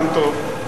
גם טוב.